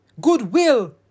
goodwill